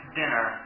dinner